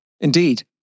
Indeed